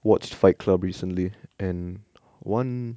watched fight club recently and one